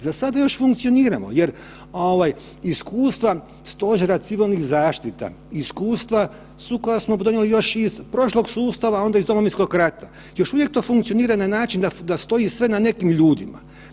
Za sada još funkcioniramo jer ovaj iskustva Stožera civilnih zaštita, iskustva sva koja smo donijeli još iz prošlog sustava, onda iz Domovinskog rata, još uvijek to funkcionira na način da stoji sve na nekim ljudima.